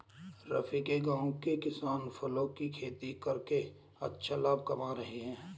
रफी के गांव के किसान फलों की खेती करके अच्छा लाभ कमा रहे हैं